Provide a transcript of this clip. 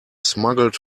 smuggled